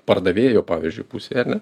pardavėjo pavyzdžiui pusėj ar ne